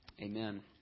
Amen